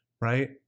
right